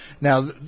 Now